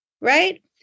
right